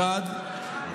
מחד גיסא,